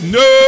no